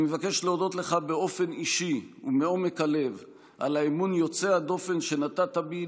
אני מבקש להודות לך באופן אישי ומעומק הלב על האמון יוצא הדופן שנתת בי